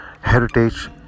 heritage